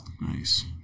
Nice